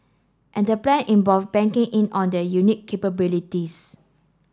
and the plan involve banking in on their unique capabilities